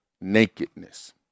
nakedness